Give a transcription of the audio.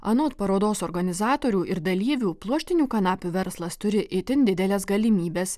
anot parodos organizatorių ir dalyvių pluoštinių kanapių verslas turi itin dideles galimybes